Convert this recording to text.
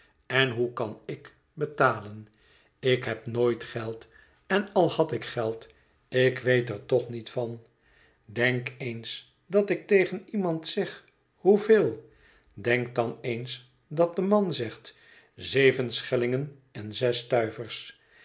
en hoe kan ik betalen ik heb nooit geld en al had ik geld ik weet er toch niet van denk eens dat ik tegen iemand zeg hoeveel denk dan eens dat de man zegt zeven schellingen en zes stuivers